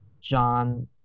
John